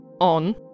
on